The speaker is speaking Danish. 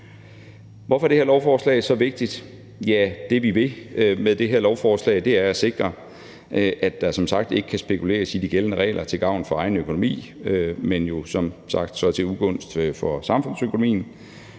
Hvorfor er det her lovforslag så vigtigt? Det, vi vil med det her lovforslag, er at sikre, at der som sagt ikke kan spekuleres i de gældende regler til gavn for egen økonomi og som sagt jo så til ugunst for samfundsøkonomien.